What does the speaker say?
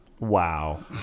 Wow